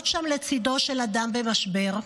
להיות שם לצידו של אדם במשבר,